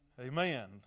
Amen